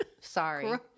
sorry